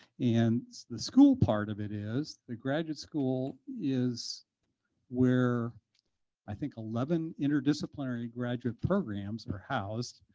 and the school part of it is, the graduate school is where i think eleven interdisciplinary graduate programs are housed.